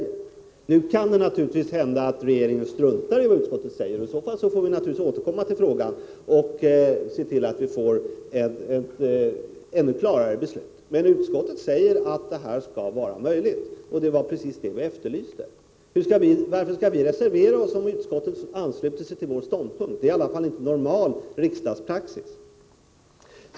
rielexport Nu kan det naturligtvis hända att regeringen struntar i vad utskottet säger, och då får vi återkomma till frågan och se till att det blir ett ännu klarare beslut. Men utskottet säger nu att detta skall vara möjligt, och det var precis vad vi efterlyste. Varför skall vi reservera oss om utskottet ansluter sig till vår ståndpunkt? Det är inte normal riksdagspraxis.